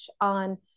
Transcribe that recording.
on